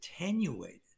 attenuated